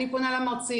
אני פונה למרצים,